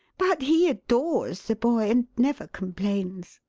but he adores the boy, and never complains.